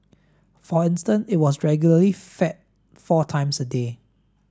for instance it was regularly fed four times a day